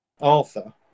Arthur